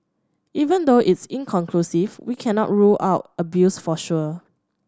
even though it's inconclusive we cannot rule out abuse for sure